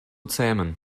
zähmen